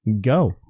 Go